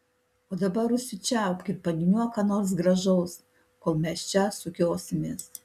o dabar užsičiaupk ir paniūniuok ką nors gražaus kol mes čia sukiosimės